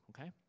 okay